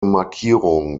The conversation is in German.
markierung